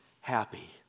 happy